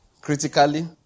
critically